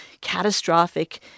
catastrophic